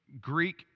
Greek